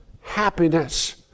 happiness